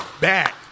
back